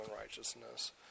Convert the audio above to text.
righteousness